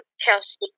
Chelsea